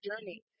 journey